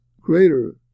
greater